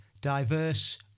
Diverse